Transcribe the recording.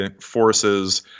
forces